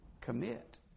commit